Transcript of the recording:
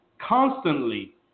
constantly